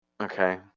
Okay